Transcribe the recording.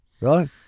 right